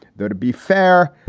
though, to be fair,